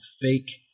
fake